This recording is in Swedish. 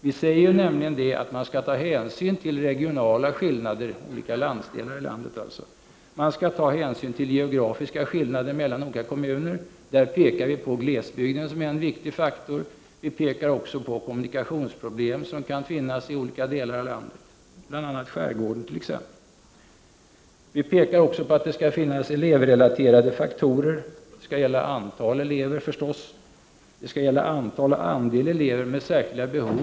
Vi säger nämligen att man skall ta hänsyn till regionala skillnader, alltså skillnader mellan olika landsdelar, och att man skall ta hänsyn till geografiska skillnader mellan olika kommuner. Vi pekar i det sammanhanget på glesbygden som en viktig faktor. Vi pekar också på kommunikationsproblem som kan finnas i olika delar av landet, bl.a. i skärgården. Vi pekar även på att det skall finnas elevrelaterade faktorer. Det skall givetvis gälla antal elever, och det skall gälla antal och andel elever med särskilda behov.